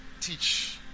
teach